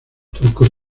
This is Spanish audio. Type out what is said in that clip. turco